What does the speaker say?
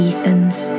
Ethan's